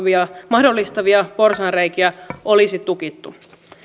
ja talousrikollisuuden mahdollistavia porsaanreikiä olisi tukittu